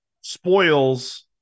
spoils